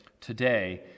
today